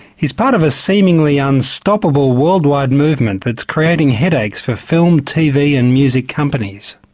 he's part of a seemingly unstoppable world-wide movement that's creating headaches for film, tv and music companies.